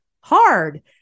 hard